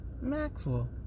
Maxwell